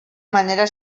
manera